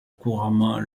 couramment